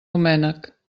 doménec